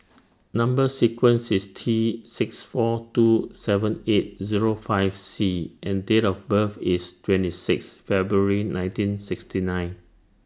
Number sequence IS T six four two seven eight Zero five C and Date of birth IS twenty six February nineteen sixty nine